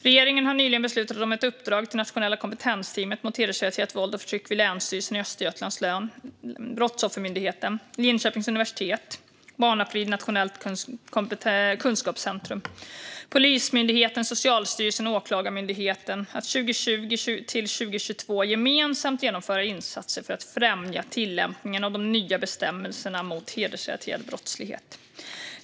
Regeringen har nyligen beslutat om ett uppdrag till Nationella kompetensteamet mot hedersrelaterat våld och förtryck vid Länsstyrelsen i Östergötlands län, Brottsoffermyndigheten, Linköpings universitet och det nationella kunskapscentrumet Barnafrid, Polismyndigheten, Socialstyrelsen samt Åklagarmyndigheten att 2020-2022 gemensamt genomföra insatser för att främja tillämpningen av de nya bestämmelserna mot hedersrelaterad brottslighet.